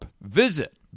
Visit